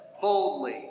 boldly